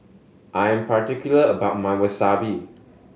I am particular about my Wasabi